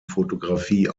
fotografie